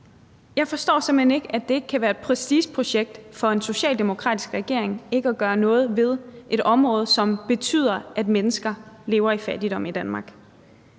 hen ikke, at det ikke kan være et prestigeprojekt for en socialdemokratisk regering at gøre noget ved et område, som betyder, at mennesker lever i fattigdom i Danmark